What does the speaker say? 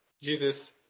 Jesus